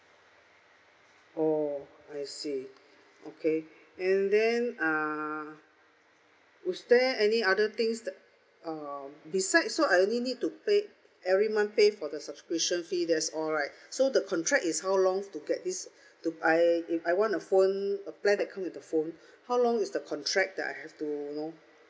oh I see okay and then uh is there any other things t~ um besides so I only need to pay every month pay for the subscription fee that's all right so the contract is how long to get this to I if I want a phone a plan that come with the phone how long is the contract that I have to you know